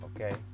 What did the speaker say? okay